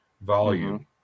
volume